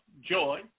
joy